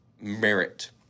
merit